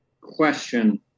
question